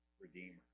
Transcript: Redeemer